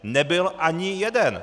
Nebyl ani jeden!